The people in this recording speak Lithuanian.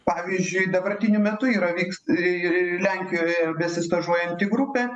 pavyzdžiui dabartiniu metu yra vykst iii lenkijoje besistažuojanti grupė